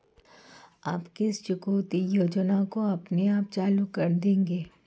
आप किस चुकौती योजना को अपने आप चालू कर देंगे?